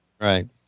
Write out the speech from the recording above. Right